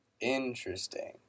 interesting